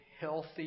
healthy